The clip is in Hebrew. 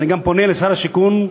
אני גם פונה לשר השיכון: